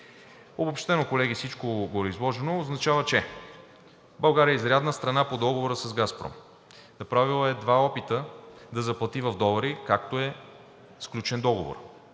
Обобщено, колеги, всичко гореизложено означава, че България е изрядна страна по Договора с „Газпром“. Направила е два опита да заплати в долари, както е сключен Договорът.